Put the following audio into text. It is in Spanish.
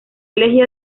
elegido